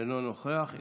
אינו נוכח.